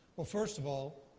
well, first of all,